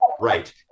Right